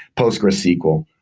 postgresql.